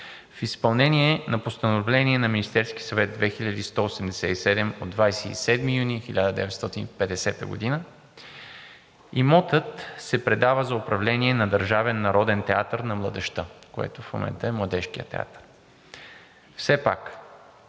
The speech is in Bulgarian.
в изпълнение на Постановление на Министерския съвет № 2187 от 27 юни 1950 г. имотът се предава за управление на Държавен народен театър на младежта, което в момента е Младежкият театър.